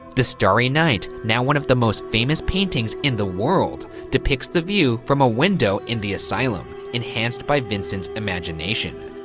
the starry night, now one of the most famous paintings in the world, depicts the view from a window in the asylum, enhanced by vincent's imagination.